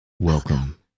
Welcome